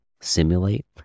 simulate